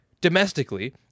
domestically